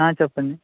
ఆ చెప్పండి